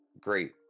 great